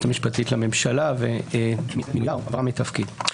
המשפטית לממשלה ומינויה או העברה מתפקיד.